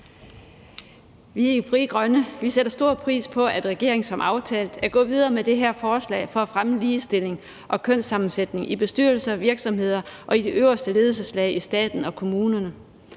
Vi i Frie Grønne sætter stor pris på, at regeringen som aftalt er gået videre med det her forslag for at fremme ligestillingen og en ligelig kønssammensætning i bestyrelser, virksomheder og i de øverste ledelseslag i staten og kommunerne.